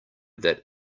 that